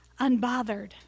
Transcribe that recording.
unbothered